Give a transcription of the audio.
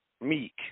meek